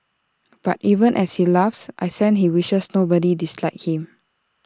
but even as he laughs I sense he wishes nobody disliked him